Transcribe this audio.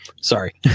Sorry